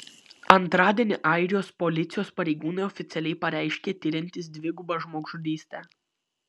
antradienį airijos policijos pareigūnai oficialiai pareiškė tiriantys dvigubą žmogžudystę